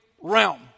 realm